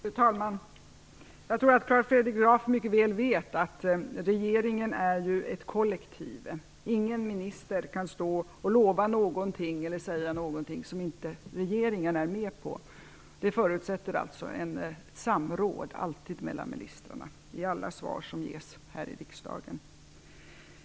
Fru talman! Jag tror att Carl Fredrik Graf mycket väl vet att regeringen är ett kollektiv. Ingen minister kan lova eller säga något som inte regeringen är med på. Det förutsätts alltså att det alltid sker ett samråd mellan ministrarna om alla svar som ges här i riksdagen.